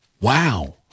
wow